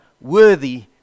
worthy